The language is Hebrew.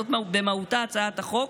זאת במהותה הצעת החוק.